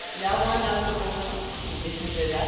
yeah, one love superwoman, and this is a wrap.